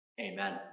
Amen